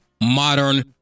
modern